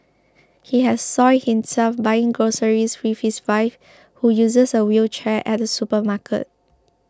he had soiled himself buying groceries with his wife who uses a wheelchair at a supermarket